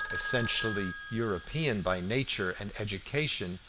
essentially european by nature and education,